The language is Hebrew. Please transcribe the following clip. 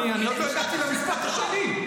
עוד לא הגעתי למשפט השני.